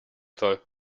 soll